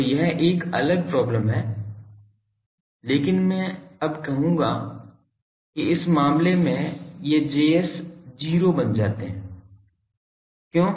तो यह एक अलग प्रॉब्लम है लेकिन मैं अब कहूंगा कि इस मामले में ये Js 0 बन जाते हैं क्यों